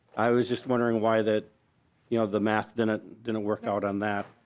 i was just wondering why that you know the math didn't didn't work out on that.